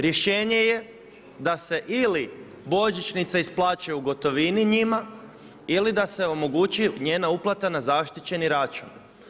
Rješenje je da se ili božićnica isplaćuje u gotovini njima ili da se omogući njena uplata na zaštićeni račun.